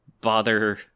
bother